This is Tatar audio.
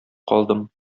калдым